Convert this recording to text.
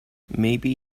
maybe